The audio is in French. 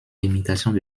limitations